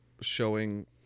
Showing